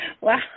Wow